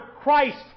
Christ